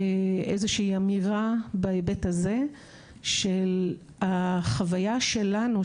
איזו שהיא אמירה בהיבט הזה של החוויה שלנו,